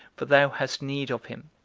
for thou hast need of him.